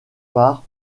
part